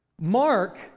Mark